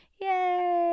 Yay